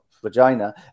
vagina